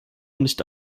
nicht